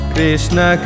Krishna